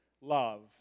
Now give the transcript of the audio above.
love